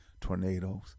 tornadoes